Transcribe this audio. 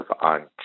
on